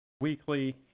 weekly